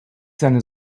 seiner